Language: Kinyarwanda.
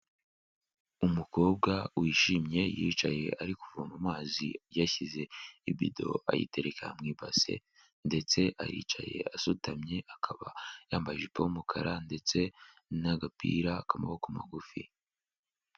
Umukobwa wishimye yicaye ari kuvoma amazi yashyize ibido ayitereka mu ibase ndetse aricaye asutamye, akaba yambaye ijipo y'umukara ndetse n'agapira k'amaboko magufi.